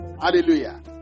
Hallelujah